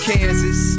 Kansas